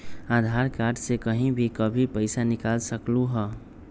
आधार card से कहीं भी कभी पईसा निकाल सकलहु ह?